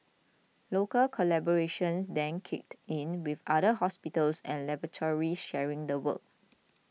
local collaborations then kicked in with other hospitals and laboratories sharing the work